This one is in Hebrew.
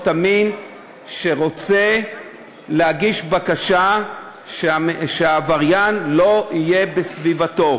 המין שרוצה להגיש בקשה שהעבריין לא יהיה בסביבתו.